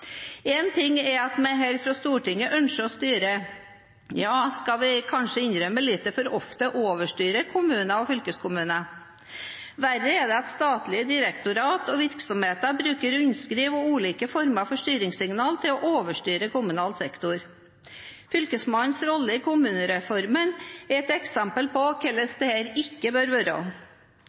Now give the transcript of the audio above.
En ting er at vi her fra Stortinget ønsker å styre – ja, skal vi kanskje innrømme litt for ofte overstyre kommunene og fylkeskommunene. Verre er det at statlige direktorat og virksomheter bruker rundskriv og ulike former for styringssignal til å overstyre kommunal sektor. Fylkesmennenes rolle i kommunereformen er et eksempel på hvordan det ikke bør være.